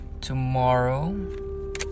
Tomorrow